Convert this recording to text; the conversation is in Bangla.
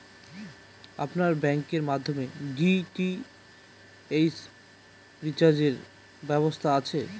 আপনার ব্যাংকের মাধ্যমে ডি.টি.এইচ রিচার্জের ব্যবস্থা আছে?